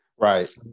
Right